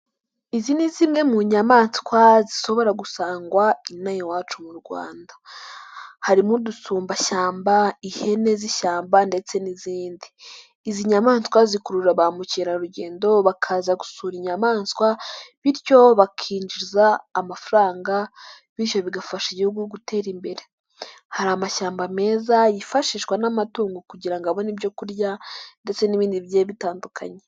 Izi ni zimwe mu nyamaswa zishobora gusangwa ino aha iwacu mu rwanda. Harimo udusumbashyamba, ihene z'ishyamba, ndetse n'izindi. Izi nyamaswa zikurura ba mukerarugendo bakaza gusura inyamaswa, bityo bakinjiza amafaranga bityo bigafasha igihugu gutera imbere. Hari amashyamba meza yifashishwa n'amatungo kugira ngo abone ibyo kurya ndetse n'ibindi bigiye bitandukanye.